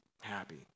happy